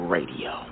Radio